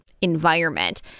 environment